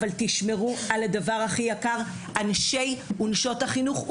אבל תשמרו על הדבר הכי יקר אנשי ונשות החינוך,